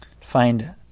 Find